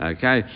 Okay